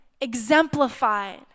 exemplified